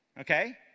Okay